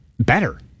better